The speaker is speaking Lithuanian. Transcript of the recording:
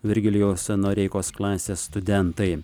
virgilijaus noreikos klasės studentai